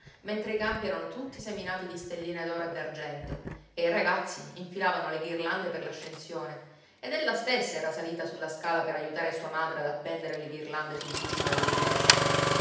mentre i campi erano tutti seminati di stelline d'oro e d'argento e i ragazzi infilavano le ghirlande per l'ascensione ed ella stessa era salita sulla scala per aiutare sua madre ad appendere le ghirlande all'uscio e alle finestre